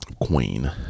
Queen